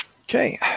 okay